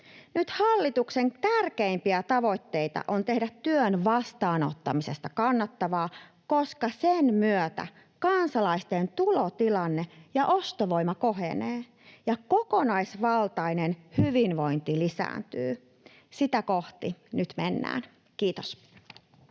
Nyt hallituksen tärkeimpiä tavoitteita on tehdä työn vastaanottamisesta kannattavaa, koska sen myötä kansalaisten tulotilanne ja ostovoima kohenevat ja kokonaisvaltainen hyvinvointi lisääntyy. Sitä kohti nyt mennään. — Kiitos.